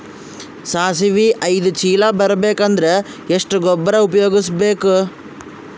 ಸಾಸಿವಿ ಐದು ಚೀಲ ಬರುಬೇಕ ಅಂದ್ರ ಎಷ್ಟ ಗೊಬ್ಬರ ಉಪಯೋಗಿಸಿ ಬೇಕು?